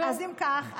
אז אם כך,